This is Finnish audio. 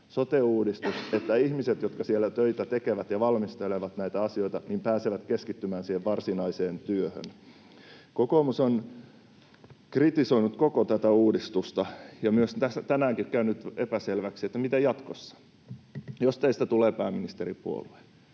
sote-uudistus, että ihmiset, jotka siellä töitä tekevät ja valmistelevat näitä asioita, pääsevät keskittymään siihen varsinaiseen työhön. [Sanni Grahn-Laasosen välihuuto] Kokoomus on kritisoinut koko tätä uudistusta, ja tänäänkin on jäänyt epäselväksi, mitä jatkossa. Jos teistä tulee pääministeripuolue,